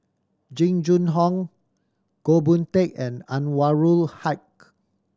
Jing Jun Hong Goh Boon Teck and Anwarul Haque